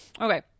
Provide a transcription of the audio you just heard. Okay